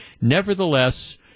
Nevertheless